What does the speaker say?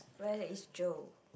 where is Joe